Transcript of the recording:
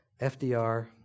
FDR